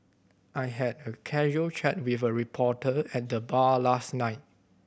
I had a casual chat with a reporter at the bar last night